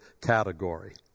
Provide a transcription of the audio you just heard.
category